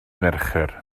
mercher